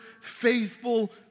faithful